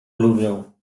lubią